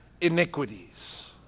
iniquities